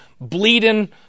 bleeding